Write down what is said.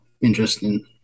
interesting